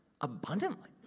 abundantly